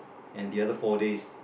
and the other four days